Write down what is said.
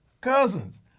Cousins